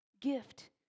gift